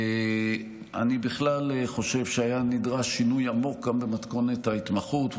אני בכלל חושב שהיה נדרש שינוי עמוק גם במתכונת ההתמחות,